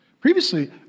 Previously